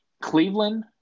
Cleveland